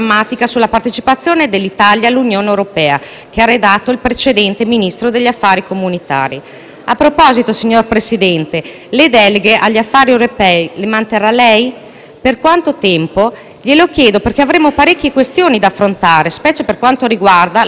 A proposito, signor Presidente del Consiglio, le deleghe agli affari europei le manterrà lei? Per quanto tempo? Glielo chiedo, perché avremmo parecchie questioni da affrontare, specialmente per quanto riguarda la nuova programmazione dei fondi comunitari e le relative trattative in corso, che si stanno svolgendo a Bruxelles.